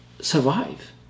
survive